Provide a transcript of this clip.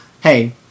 hey